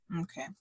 okay